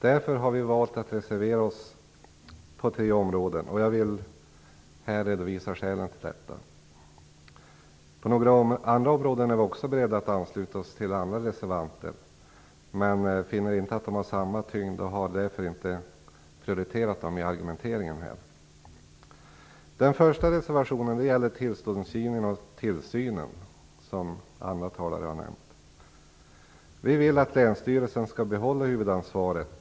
Därför har vi valt att reservera oss på tre områden. Jag vill här redovisa skälen till detta. På några andra områden är vi beredda att ansluta oss till andra reservanter men finner inte att de frågorna har samma tyngd. Därför har vi inte prioriterat dem i argumenteringen här. Den första reservationen gäller tillståndsgivningen och tillsynen, som andra talare har nämnt. Vi vill att länsstyrelsen skall behålla huvudansvaret.